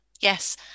yes